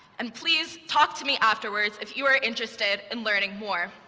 and please talk to me afterwards if you are interested in learning more.